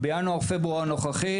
והשנה,